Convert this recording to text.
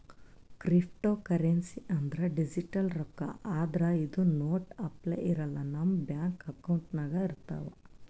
cryptocurrency ಅಂದ್ರ digital ರೊಕ್ಕಾ ಆದ್ರ್ ಇದು ನೋಟ್ ಅಪ್ಲೆ ಇರಲ್ಲ ನಮ್ ಬ್ಯಾಂಕ್ ಅಕೌಂಟ್ನಾಗ್ ಇರ್ತವ್